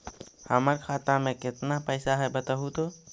हमर खाता में केतना पैसा है बतहू तो?